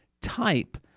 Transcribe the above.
type